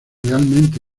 realmente